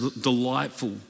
delightful